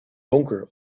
donker